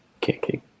Kicking